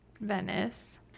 Venice